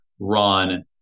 run